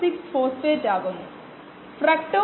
19 mMmin 1assigned to t 15 min S 16